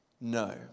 No